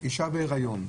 אישה בהיריון,